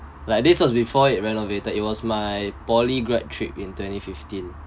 like this was before it renovated it was my poly grad trip in twenty fifteen